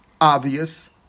obvious